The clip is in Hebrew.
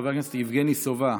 חבר הכנסת יבגני סובה,